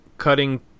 cutting